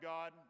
God